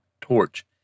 torch